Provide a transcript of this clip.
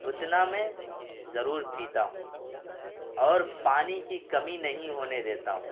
اتنا میں ضرور پیتا ہوں اور پانی کی کمی نہیں ہونے دیتا ہوں